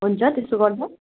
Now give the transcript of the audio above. हुन्छ त्यसो गर्दा